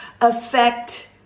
affect